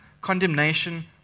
condemnation